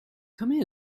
come